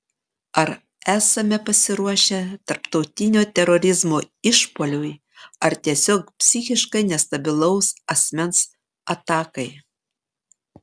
ar esame pasiruošę tarptautinio terorizmo išpuoliui ar tiesiog psichiškai nestabilaus asmens atakai